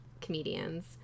comedians